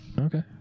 Okay